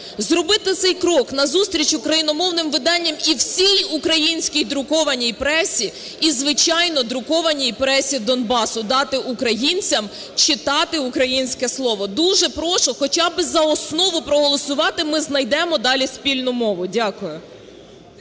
зробити цей крок назустріч україномовним виданням і всій українській друкованій пресі і, звичайно, друкованій пресі Донбасу, дати українцям читати українське слово. Дуже прошу хоча би за основу проголосувати, ми знайдемо далі спільну мову. Дякую.